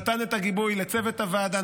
והוא נתן את הגיבוי לצוות הוועדה,